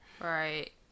Right